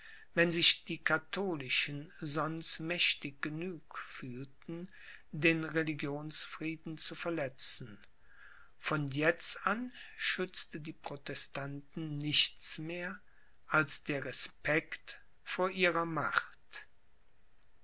wenn sich die katholischen sonst mächtig genug fühlten den religionsfrieden zu verletzen von jetzt an schützte die protestanten nichts mehr als der respekt vor ihrer macht